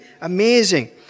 Amazing